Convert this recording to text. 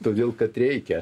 todėl kad reikia